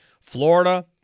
Florida